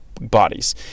bodies